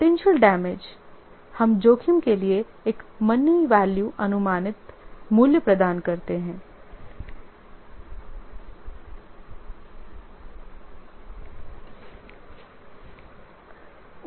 potential damage हम जोखिम के लिए एक मनी वैल्यू अनुमानित पैसे मूल्य प्रदान करते हैं